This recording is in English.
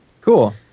Cool